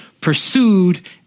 pursued